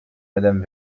madame